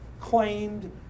claimed